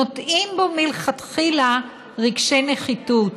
נוטעים בו מלכתחילה רגשי נחיתות.